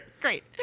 Great